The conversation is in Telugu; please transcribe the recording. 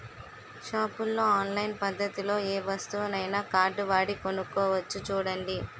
షాపుల్లో ఆన్లైన్ పద్దతిలో ఏ వస్తువునైనా కార్డువాడి కొనుక్కోవచ్చు చూడండి